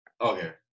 Okay